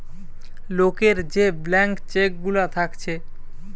লোকের যে blank cheque গুলা থাকছে